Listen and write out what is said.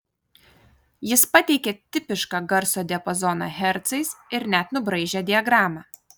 jis pateikė tipišką garso diapazoną hercais ir net nubraižė diagramą